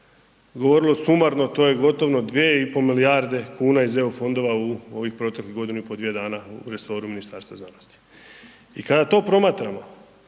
govorilo, sumarno, to je gotovo 2,5 milijarde kuna iz EU fondova, u ove protekle godinu i pol dvije dana u resoru Ministarstva znanosti. I kada to promatramo,